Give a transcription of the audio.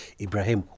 Ibrahim